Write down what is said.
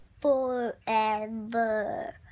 Forever